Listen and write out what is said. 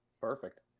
Perfect